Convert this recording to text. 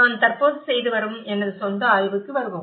நான் தற்போது செய்து வரும் எனது சொந்த ஆய்வுக்கு வருவோம்